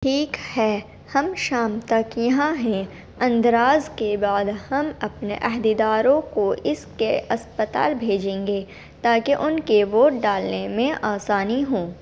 ٹھیک ہے ہم شام تک یہاں ہیں اندراج کے بعد ہم اپنے عہدیداروں کو اس کے اسپتال بھیجیں گے تاکہ ان کے ووٹ ڈالنے میں آسانی ہوں